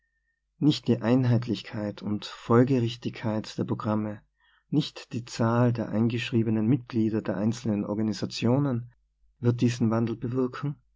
nicht die einheitlichkeit und folgerichtigkeit der programme nicht die zahl der eingeschriebenen mitglieder der einzelnen organisationen wird diesen wandel bewirken